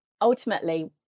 ultimately